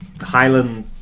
Highland